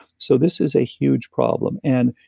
so this is a huge problem and,